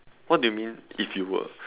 what do you mean if you were